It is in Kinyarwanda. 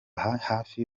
hafi